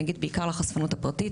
אני אגיד בעיקר לחשפנות הפרטית,